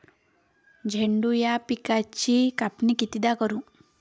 झेंडू या पिकाची कापनी कितीदा करू?